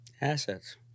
Assets